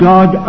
God